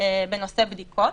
בנושא בדיקות.